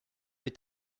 est